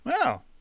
Wow